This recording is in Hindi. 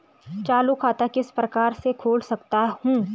चालू खाता किस प्रकार से खोल सकता हूँ?